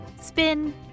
spin